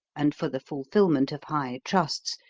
and for the fulfillment of high trusts,